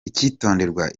icyitonderwa